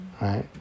Right